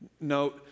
note